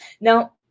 Now